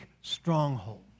strongholds